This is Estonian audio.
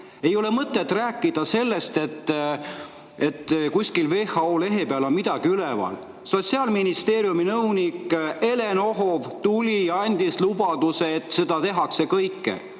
ole mõtet rääkida, et kuskil WHO lehe peal on midagi üleval. Sotsiaalministeeriumi nõunik Elen Ohov tuli ja andis lubaduse, et seda kõike